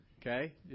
okay